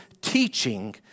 teaching